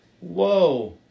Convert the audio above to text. Whoa